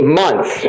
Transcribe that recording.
months